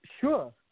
Sure